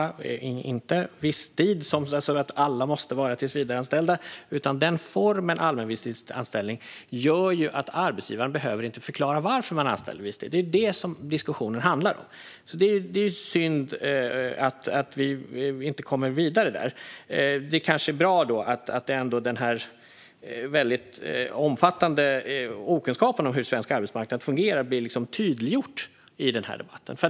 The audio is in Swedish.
Det är inte så att visstid innebär att alla måste vara tillsvidareanställda, men formen allmän visstidsanställning gör ju att arbetsgivaren inte behöver förklara varför man anställer visstid. Det är det som diskussionen handlar om, och det är synd att vi inte kommer vidare där. Det kanske ändå är bra att den väldigt omfattande okunskapen om hur svensk arbetsmarknad fungerar blir tydliggjord i den här debatten.